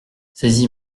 saisi